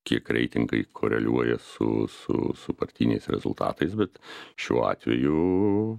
kiek reitingai koreliuoja su su su partiniais rezultatais bet šiuo atveju